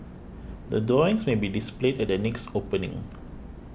the drawings may be displayed at the next opening